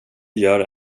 gör